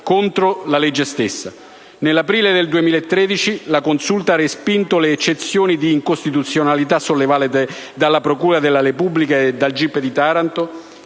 contro la legge stessa. Nell'aprile del 2013, la Consulta ha respinto le eccezioni di incostituzionalità sollevate dalla procura della Repubblica e dal gip di Taranto,